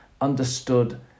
understood